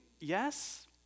yes